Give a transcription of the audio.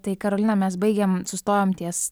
tai karolina mes baigėm sustojom ties